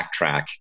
backtrack